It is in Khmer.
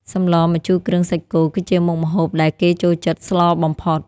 សម្លម្ជូរគ្រឿងសាច់គោ គឺជាមុខម្ហូបដែលគេចូលចិត្តស្លបំផុត។